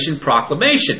Proclamation